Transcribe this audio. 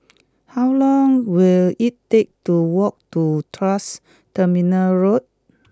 how long will it take to walk to Tuas Terminal Road